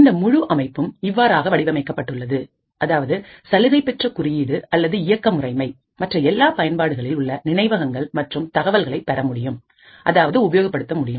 இந்த முழு அமைப்பும் இவ்வாறாக வடிவமைக்கப்பட்டுள்ளது அதாவது சலுகை பெற்ற குறியீடு அல்லது இயக்க முறைமை மற்ற எல்லா பயன்பாடுகளில் உள்ள நினைவகங்கள் மற்றும் தகவல்களை பெறமுடியும் அதாவது உபயோகப்படுத்த முடியும்